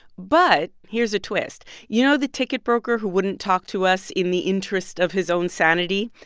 but here's a twist. you know the ticket broker who wouldn't talk to us in the interest of his own sanity?